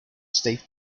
state